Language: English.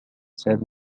said